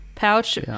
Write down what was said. pouch